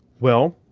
well,